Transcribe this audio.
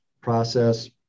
process